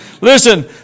Listen